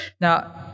Now